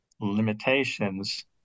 limitations